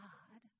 God